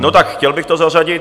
No tak chtěl bych to zařadit...